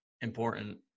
important